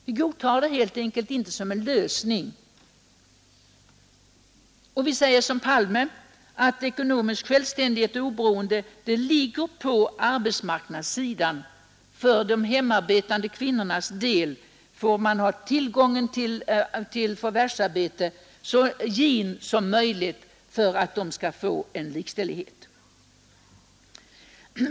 Vi godtar det helt enkelt inte som en lösning, Liksom statsminister Palme säger vi att ekonomisk självständighet och oberoende ligger på arbetsmarknadssidan; för de hemarbetande kvinnornas del får man ha tillgången till förvärvsarbete så gen som möjlig för att de skall få en likställighet.